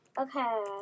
Okay